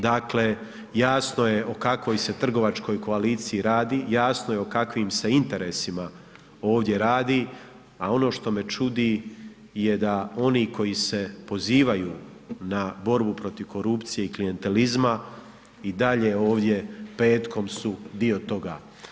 Dakle, jasno je o kakvoj se trgovačkoj koaliciji radi, jasno je o kakvim se interesima ovdje radi, a ono što me čudi da oni koji se pozivaju na borbu protiv korupcije i klijentelizma i dalje ovdje petkom su dio toga.